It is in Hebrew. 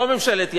לא ממשלת ימין,